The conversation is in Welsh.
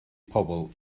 pobl